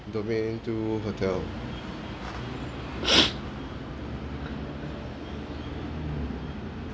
domain two hotel